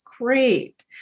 Great